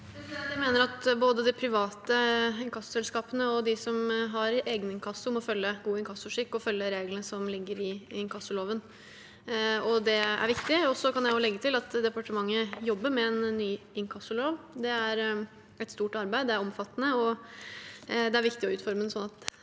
Jeg mener at både de private inkassoselskapene og de som har egeninkasso, må følge god inkassoskikk og følge reglene som ligger i inkassoloven. Det er viktig. Jeg kan legge til at departementet jobber med en ny inkassolov. Det er et stort arbeid, det er omfattende, og det er viktig å utforme den sånn at